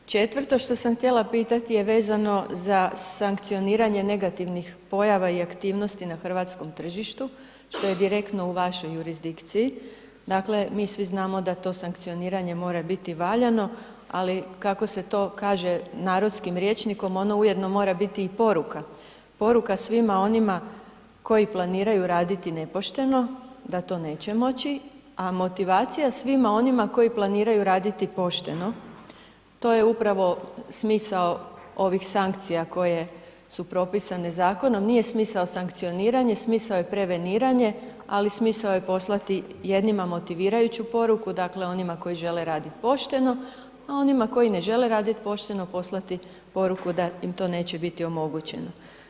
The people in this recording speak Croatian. Četvrto što sam htjela pitati je vezano za sankcioniranje negativnih pojava i aktivnosti na hrvatskom tržištu što je direktno u vašoj jurisdikciji, dakle, mi svi znamo da to sankcioniranje mora biti valjano, ali kako se to kaže narodskim rječnikom, ono ujedno mora biti i poruka, poruka svima onima koji planiraju raditi nepošteno, da to neće moći, a motivacija svima onima koji planiraju raditi pošteno, to je upravo smisao ovih sankcija koje su propisane zakonom, nije smisao sankcioniranje, smisao je preveniranje, ali smisao je poslati jednima motivirajuću poruku, dakle onima koji žele radit pošteno, a onima koji ne žele radit pošteno poslati poruku da im to neće biti omogućeno.